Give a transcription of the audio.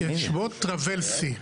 שמו טרבלסי.